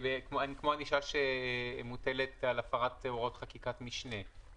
כמו ענישה שמוטלת על הפרת הוראות חקיקת משנה,